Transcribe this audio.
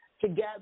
together